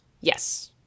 Yes